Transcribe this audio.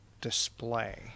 display